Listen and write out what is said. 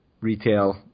retail